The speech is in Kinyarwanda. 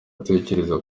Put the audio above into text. atekereza